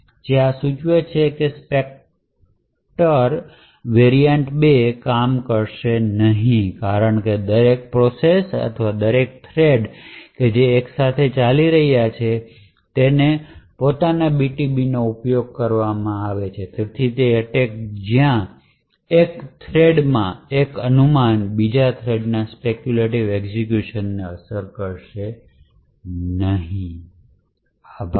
તેથી આ સૂચવે છે કે સ્પેક્ટર વેરિઅન્ટ 2 કામ કરશે નહીં કારણ કે દરેક પ્રોસેસ અથવા દરેક થ્રેડ જે એક સાથે ચાલી રહ્યો છે તે તેના પોતાના BTBનો ઉપયોગ કરશે અને તેથી તે એટેક જ્યાં એક થ્રેડમાં એક અનુમાન બીજા થ્રેડમાં સ્પેક્યૂલેટિવ એક્ઝેક્યુશન ને અસર કરે છે તે થશે નહીં આભાર